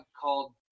called